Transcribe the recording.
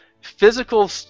physical